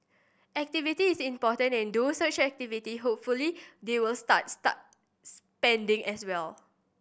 activity is important and through such activity hopefully they will start start spending as well